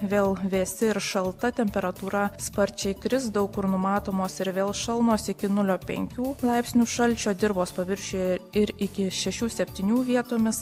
vėl vesti ir šalta temperatūra sparčiai kris daug kur numatomos ir vėl šalnos iki nulio penkių laipsnių šalčio dirvos paviršiuje ir iki šešių septinių vietomis